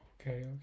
okay